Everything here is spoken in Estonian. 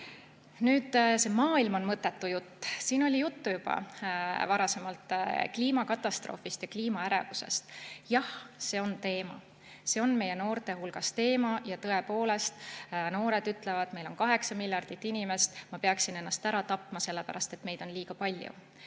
Nüüd, see-maailm-on-mõttetu-jutt. Siin oli juttu juba varasemalt kliimakatastroofist ja kliimaärevusest. Jah, see on teema. See on meie noorte hulgas teema ja tõepoolest noored ütlevad, et meil on kaheksa miljardit inimest, ma peaksin ennast ära tapma, sellepärast et meid on liiga palju.